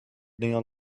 neon